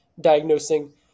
diagnosing